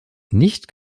nicht